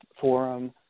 Forum